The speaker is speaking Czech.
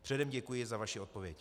Předem děkuji za vaši odpověď.